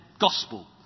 gospel